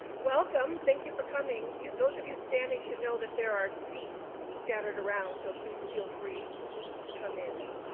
welcome, thank you for coming. those of you standing should know that there are seats scattered around so please feel free to come in and